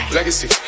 Legacy